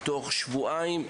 תוך שבועיים.